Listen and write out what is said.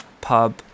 pub